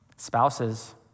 spouses